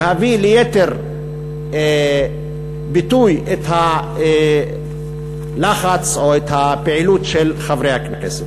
להביא ליתר ביטוי את הלחץ או את הפעילות של חברי הכנסת.